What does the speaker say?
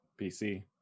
PC